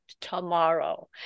tomorrow